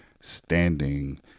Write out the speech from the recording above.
standing